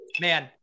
man